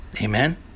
Amen